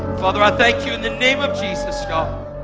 father, i thank you in the name of jesus, god,